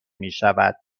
میشود